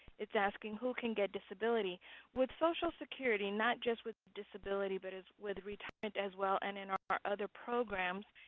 it's asking who can get with disability with social security, not just with disability, but as with retirement as well, and in our other programs,